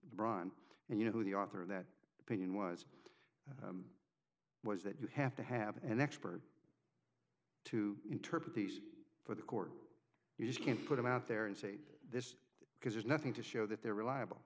on and you know who the author of that opinion was was that you have to have an expert to interpret these for the court you just can't put them out there and say this because there's nothing to show that they're reliable